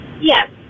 Yes